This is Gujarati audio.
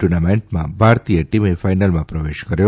ટુર્નામેન્ટમાં ભારતીય ટીમે ફાયનલમાં પ્રવેશ કર્યો